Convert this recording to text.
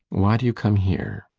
why do you come here?